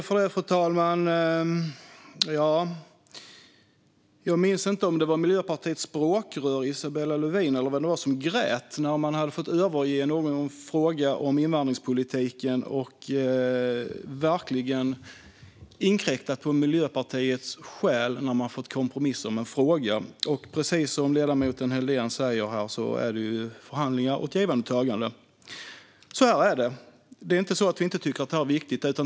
Fru talman! Jag minns inte om det var Miljöpartiets språkrör Isabella Lövin eller någon annan som grät när man hade fått överge någon fråga om invandringspolitiken. Man hade verkligen inkräktat på Miljöpartiets själ när man fått kompromissa om en fråga. Precis som ledamoten Helldén här säger är det förhandlingar och ett givande och ett tagande. Så är det. Det är inte så att vi inte tycker att det är viktigt.